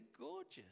gorgeous